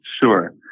Sure